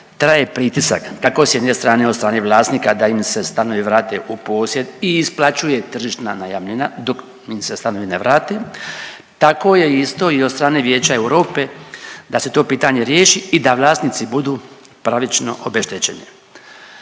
traje pritisak kako s jedne strane od strane vlasnika da im se stanovi vrate u posjed i isplaćuje tržišna najamnina dok im se stanovi ne vrate, tako je isto i od strane Vijeća Europe da se to pitanje riješi i da vlasnici budu pravično obeštećeni.